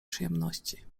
przyjemności